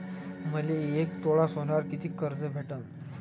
मले एक तोळा सोन्यावर कितीक कर्ज भेटन?